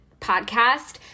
podcast